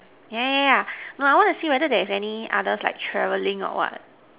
yeah yeah yeah no I want to see whether there is any others like travelling or what